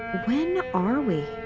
when are we?